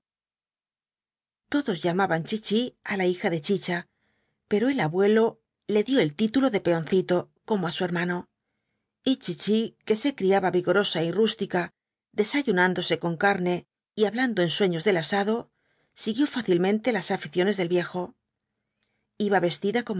todos llamaban chichi á la hija de chicha pero el abuelo le dio el título de peoncito como á su hermano y chichi que se criaba vigorosa y rústica desayunándose con carne y hablando en sueños del asado siguió fácilmente las aficiones del viejo iba vestida